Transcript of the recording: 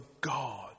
God